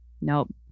Nope